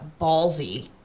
ballsy